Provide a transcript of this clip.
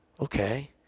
okay